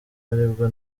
aribwo